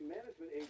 Management